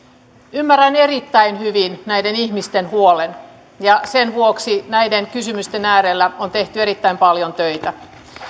ymmärrän erittäin hyvin näiden ihmisten huolen ja sen vuoksi näiden kysymysten äärellä on tehty erittäin paljon töitä